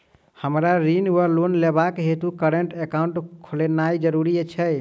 हमरा ऋण वा लोन लेबाक हेतु करेन्ट एकाउंट खोलेनैय जरूरी छै?